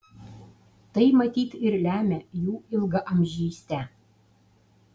tai matyt ir lemia jų ilgaamžystę